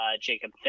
Jacob